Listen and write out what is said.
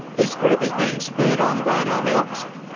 this group is being spurred on by an army officer,